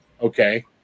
okay